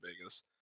Vegas